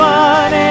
one